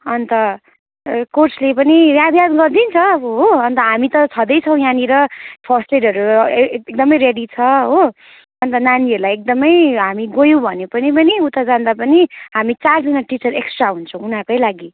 अन्त कोचले पनि या याद गरिदिन्छ अब हो अन्त हामी त छदैछौँ यहाँनिर फर्स्टएडहरू एकदमै रेडी छ हो अन्त नानीहरूलाई एकदमै हामी गयौँ भने पनि उता जाँदा पनि हामी चारजना टिचर एक्स्ट्रा हुन्छौँ उनीहरूकै लागि